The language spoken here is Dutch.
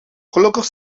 gelukkig